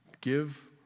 Give